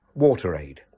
WaterAid